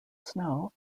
snow